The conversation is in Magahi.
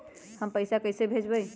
हम पैसा कईसे भेजबई?